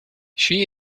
she